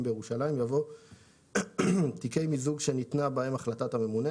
בירושלים" יבוא "תיקי מיזוג שניתנה בהם החלטת הממונה,